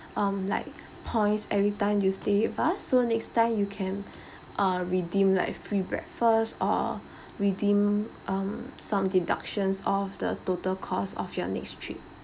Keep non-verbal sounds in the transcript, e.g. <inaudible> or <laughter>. um like points every time you stay with us so next time you can <breath> uh redeem like free breakfast or <breath> redeem um some deductions of the total cost of your next trip